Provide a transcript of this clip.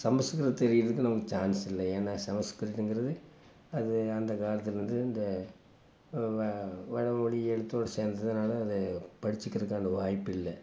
சமஸ்கிருதம் தெரிகிறத்துக்கு நமக்கு சான்ஸ் இல்லை ஏன்னால் சம்ஸ்கிருதம்ங்கிறது அது அந்த காலத்திலருந்து இந்த வ வடமொழி எழுத்தோட சேர்ந்ததுனால அது படிச்சுக்கறக்கான வாய்ப்பு இல்லை